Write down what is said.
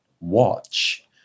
Watch